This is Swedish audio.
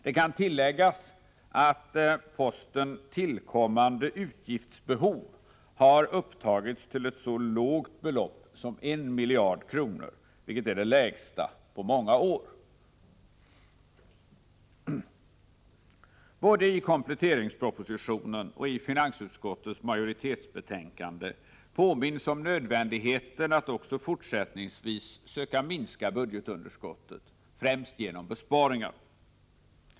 Det kan tilläggas att posten tillkommande utgiftsbehov har upptagits till ett så lågt belopp som 1 miljard kronor, vilket är det lägsta på många år. Både i kompletteringspropositionen och i finansutskottets majoritetsbetänkande påminns om nödvändigheten att man också fortsättningsvis skall söka minska budgetunderskottet, främst genom besparingar.